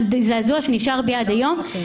זה זעזוע שנשאר בי עד היום -- לא אמרתי את זה.